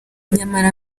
nyamara